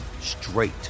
straight